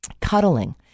Cuddling